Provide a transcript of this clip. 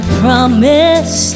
promise